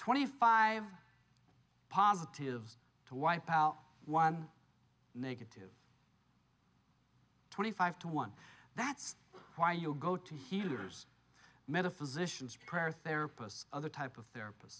twenty five positives to wipe out one negative twenty five to one that's why you go to healers metaphysicians prayer therapist other type of therapist